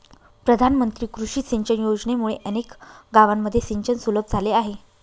प्रधानमंत्री कृषी सिंचन योजनेमुळे अनेक गावांमध्ये सिंचन सुलभ झाले आहे